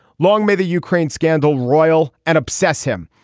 long may the ukraine scandal roil and obsess him.